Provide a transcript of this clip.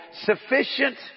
sufficient